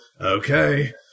okay